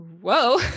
whoa